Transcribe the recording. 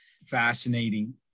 Fascinating